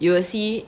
you will see